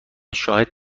شاهد